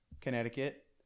Connecticut